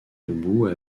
debout